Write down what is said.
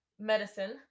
medicine